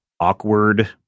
awkward